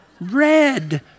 red